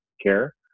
care